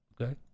okay